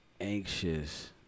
anxious